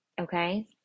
okay